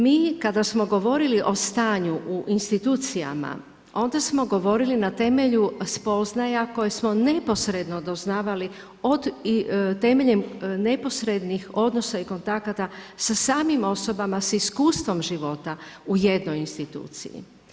Mi kada smo govorili o stanju u institucijama, onda smo govorili na temelju spoznaja koje smo neposredno doznavali temeljem neposrednih odnosa i kontakata sa samim osobama, sa iskustvom života u jednoj instituciji.